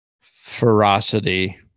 ferocity